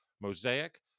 Mosaic